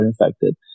infected